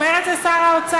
אומר את זה שר האוצר.